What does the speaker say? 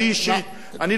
אני אישית,